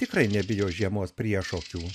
tikrai nebijo žiemos priešokių